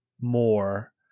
more